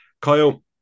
Kyle